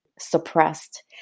suppressed